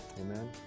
Amen